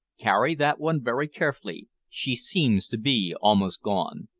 carry that one very carefully, she seems to be almost gone.